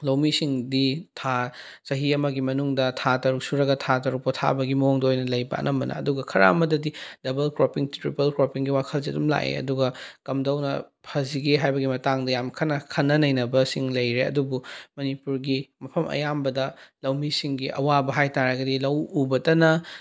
ꯂꯧꯃꯤꯁꯤꯡꯗꯤ ꯊꯥ ꯆꯍꯤ ꯑꯃꯒꯤ ꯃꯅꯨꯡꯗ ꯊꯥ ꯇꯔꯨꯛ ꯁꯨꯔꯒ ꯊꯥ ꯇꯔꯨꯛ ꯄꯣꯊꯥꯕꯒꯤ ꯃꯑꯣꯡꯗ ꯑꯣꯏꯅ ꯂꯩꯕ ꯑꯅꯝꯕꯅ ꯑꯗꯨꯒ ꯈꯔ ꯑꯃꯗꯗꯤ ꯗꯕꯜ ꯀ꯭ꯔꯣꯞꯄꯤꯡ ꯇ꯭ꯔꯤꯄꯜ ꯀ꯭ꯔꯣꯞꯄꯤꯡꯒꯤ ꯋꯥꯈꯜꯁꯦ ꯑꯗꯨꯝ ꯂꯥꯛꯑꯦ ꯑꯗꯨꯒ ꯀꯝꯗꯧꯅ ꯐꯁꯤꯒꯦ ꯍꯥꯏꯕꯒꯤ ꯃꯇꯥꯡꯗ ꯌꯥꯝ ꯀꯟꯅ ꯈꯟꯅ ꯅꯩꯅꯕꯁꯤꯡ ꯂꯩꯔꯦ ꯑꯗꯨꯕꯨ ꯃꯅꯤꯄꯨꯔꯒꯤ ꯃꯐꯝ ꯑꯌꯥꯝꯕꯗ ꯂꯧꯃꯤꯁꯤꯡꯒꯤ ꯑꯋꯥꯕ ꯍꯥꯏꯕꯇꯔꯒꯗꯤ ꯂꯧ ꯎꯕꯇꯅ